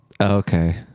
Okay